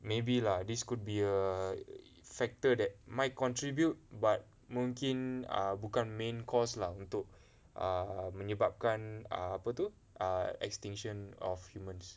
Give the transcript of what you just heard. maybe lah this could be a factor that might contribute but mungkin err bukan main cause lah untuk err menyebabkan err apa tu err extinction of humans